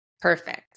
Perfect